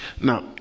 Now